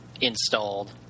installed